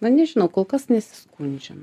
na nežinau kol kas nesiskundžiam